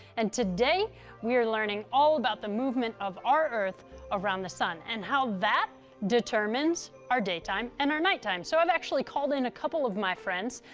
and today learning all about the movement of our earth around the sun, and how that determines our daytime and our nighttime. so i've actually called in a couple of my friends,